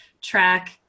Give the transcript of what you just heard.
track